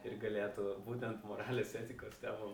ir galėtų būtent moralės etikos temom